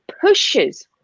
pushes